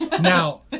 Now